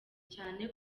cyane